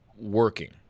working